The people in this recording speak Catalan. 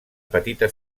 petita